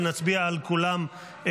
ונצביע על כולם,